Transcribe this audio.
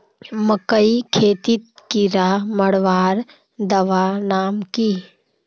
मकई खेतीत कीड़ा मारवार दवा नाम की?